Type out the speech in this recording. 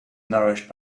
nourished